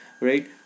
right